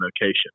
location